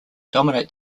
dominate